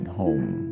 home